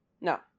No